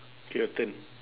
K your turn